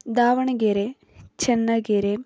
Davanagere Channagiri